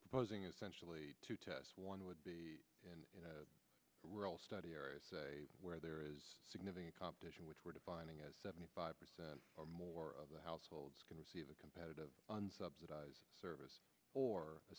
proposing essentially to test one would be a study where there is significant competition which we're defining as seventy five percent or more of households can receive a competitive and subsidize service or a